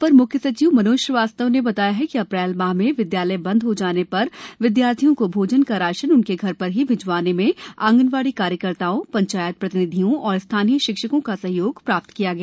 अपर म्ख्य सचिव मनोज श्रीवास्तव ने बताया कि अप्रैल माह में विदयालय बंद हो जाने पर विदयार्थियों को भोजन का राशन उनके घर पर ही भिजवाने में आंगनवाड़ी कार्यकर्ताओं पंचायत प्रतिनिधियों और स्थानीय शिक्षिकों का सहयोग प्राप्त किया गया